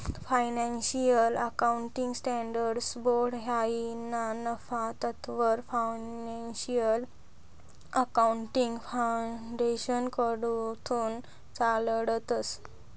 financial accounting standards board हायी ना नफा तत्ववर फायनान्शियल अकाउंटिंग फाउंडेशनकडथून चालाडतंस